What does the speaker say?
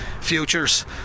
Futures